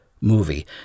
movie